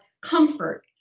comfort